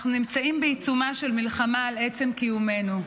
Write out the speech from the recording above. אנחנו נמצאים בעיצומה של מלחמה על עצם קיומנו,